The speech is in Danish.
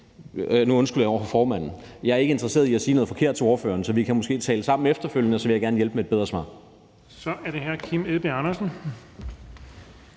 nu undskylder jeg over for formanden – jeg er ikke interesseret i at sige noget forkert til ordføreren, så vi kan måske tale sammen efterfølgende, og så vil jeg gerne være behjælpelig med et bedre svar. Kl. 15:59 Den fg. formand